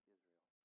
Israel